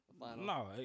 No